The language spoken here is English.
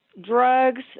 Drugs